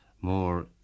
more